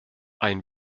ein